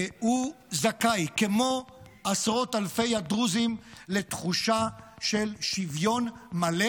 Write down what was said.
הוא זכאי כמו עשרות אלפי הדרוזים לתחושה של שוויון מלא.